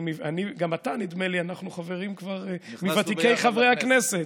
גם אתה, נדמה לי, אנחנו מוותיקי חברי הכנסת.